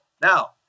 Now